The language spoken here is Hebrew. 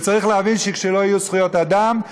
וצריך להבין שכשלא יהיו זכויות אדם,